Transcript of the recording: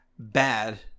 bad